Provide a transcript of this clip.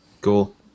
cool